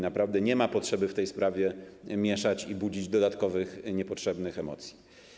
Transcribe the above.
Naprawdę, nie ma potrzeby w tej sprawie mieszać i budzić dodatkowo niepotrzebnych emocji.